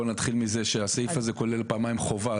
בואו נתחיל מזה שהסעיף הזה כולל פעמיים חובה,